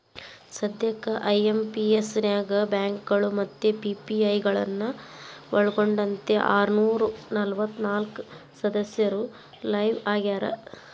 ಸದ್ಯಕ್ಕ ಐ.ಎಂ.ಪಿ.ಎಸ್ ನ್ಯಾಗ ಬ್ಯಾಂಕಗಳು ಮತ್ತ ಪಿ.ಪಿ.ಐ ಗಳನ್ನ ಒಳ್ಗೊಂಡಂತೆ ಆರನೂರ ನಲವತ್ನಾಕ ಸದಸ್ಯರು ಲೈವ್ ಆಗ್ಯಾರ